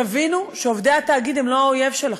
תבינו שעובדי התאגיד הם לא האויב שלכם.